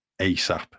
ASAP